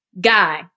guy